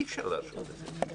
אי אפשר להשהות את זה.